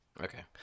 Okay